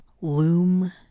Loom